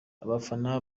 abafana